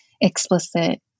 explicit